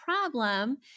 problem